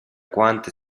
quante